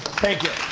thank you.